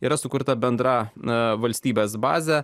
yra sukurta bendra na valstybės bazę